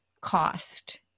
cost